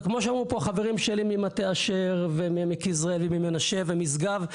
וכמו שאמרו פה החברים שלי ממטה אשר ומעמק יזרעאל וממנשה ומשגב,